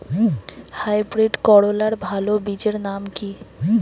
Hybrid করলার ভালো বীজের নাম কি?